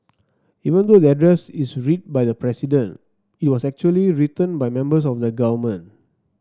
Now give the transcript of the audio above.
even though the address is read by the President it was actually written by members of the government